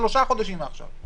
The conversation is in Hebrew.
שיפקע בעוד שלושה חודשים מעכשיו.